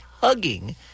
hugging